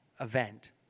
event